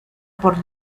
por